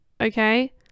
Okay